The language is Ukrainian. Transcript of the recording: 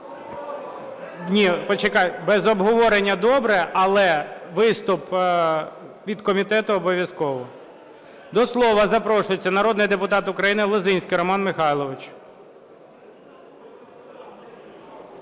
залі) Почекайте. Без обговорення – добре, але виступ від комітету обов'язково. До слова запрошується народний депутат України Лозинський Роман Михайлович,